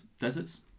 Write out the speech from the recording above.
deserts